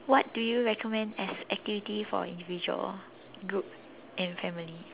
what do you recommend as activity for individual group and family